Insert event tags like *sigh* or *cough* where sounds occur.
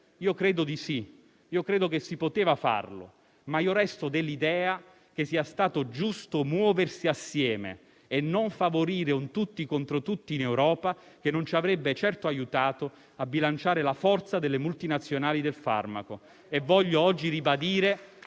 Io credo di sì, ma resto dell'idea che sia stato giusto muoversi insieme e non favorire un tutti contro tutti in Europa che non ci avrebbe certo aiutato a bilanciare la forza delle multinazionali del farmaco. *applause* Voglio oggi ribadire